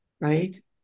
right